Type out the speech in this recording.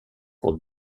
pour